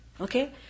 okay